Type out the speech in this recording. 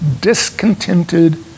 discontented